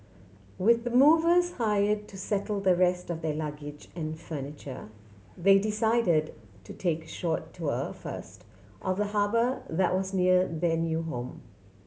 with the movers hired to settle the rest of their luggage and furniture they decided to take a short tour first of the harbour that was near their new home